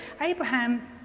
Abraham